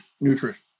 nutrition